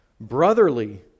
brotherly